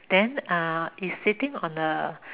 then uh is sitting on a